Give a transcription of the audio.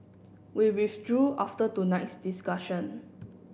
we withdrew after tonight's discussion